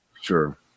Sure